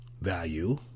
Value